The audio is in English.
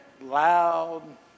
loud